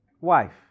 wife